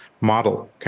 model